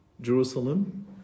Jerusalem